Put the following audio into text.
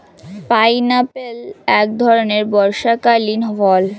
pineapple এক ধরণের বর্ষাকালীন ফল